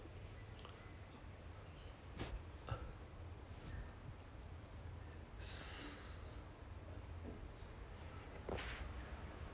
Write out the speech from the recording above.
quite funny lah I don't know 我看那个 the Saoko like !wah! mental breakdown by the end of the day by by six P_M she she didn't even have answer for anything anymore